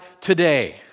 today